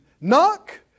Knock